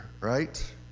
right